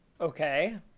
Okay